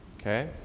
Okay